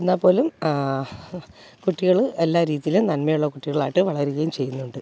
എന്നാല്പ്പോലും കുട്ടികള് എല്ലാ രീതിയിലും നന്മയുള്ള കുട്ടികളായിട്ട് വളരുകയും ചെയ്യുന്നുണ്ട്